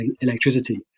electricity